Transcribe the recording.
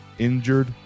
Injured